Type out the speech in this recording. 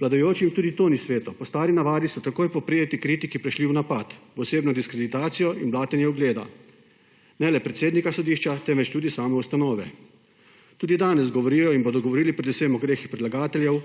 Vladajočim tudi to ni sveto. Po stari navadi so takoj po prejeti kritiki prešli v napad, v osebno diskreditacijo in blatenje ugleda ne le predsednika sodišča, temveč tudi same ustanove. Tudi danes govorijo in bodo govorili predvsem o grehih predlagateljev,